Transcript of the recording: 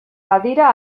badira